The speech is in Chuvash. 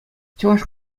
чӑваш